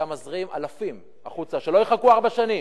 אתה מזרים אלפים החוצה, שלא יחכו ארבע שנים.